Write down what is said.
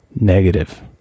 negative